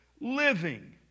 living